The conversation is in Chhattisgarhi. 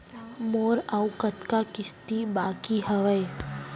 मोर अऊ कतका किसती बाकी हवय?